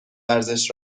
ورزش